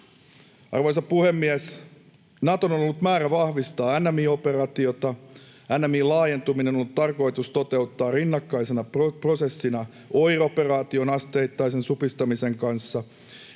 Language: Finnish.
Arvoisa puhemies! Naton on ollut määrä vahvistaa NMI-operaatiota. NMI:n laajentuminen on ollut tarkoitus toteuttaa rinnakkaisena prosessina OIR-operaation asteittaisen supistamisen kanssa.